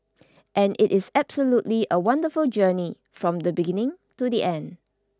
and it is absolutely a wonderful journey from the beginning to the end